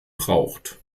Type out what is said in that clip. braucht